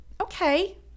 okay